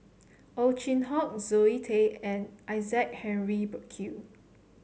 Ow Chin Hock Zoe Tay and Isaac Henry Burkill